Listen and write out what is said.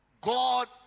God